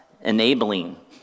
enabling